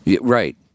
Right